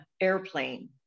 airplane